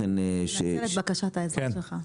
זאת בשורה חשובה.